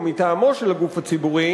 או מטעמו של הגוף הציבורי,